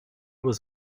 was